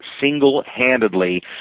single-handedly